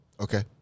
okay